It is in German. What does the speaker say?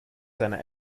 seiner